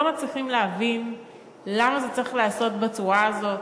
אנחנו לא מצליחים להבין למה זה צריך להיעשות בצורה הזאת,